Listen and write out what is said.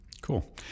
Cool